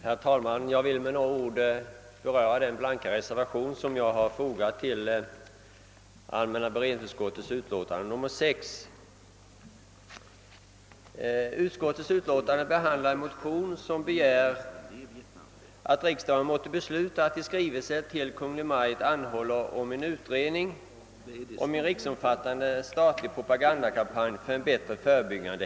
Herr talman! Motiveringen till den blanka reservation som jag har fogat till föreliggande utlåtande från bankoutskottet skall jag be att få lämna vid behandlingen av nästa ärende.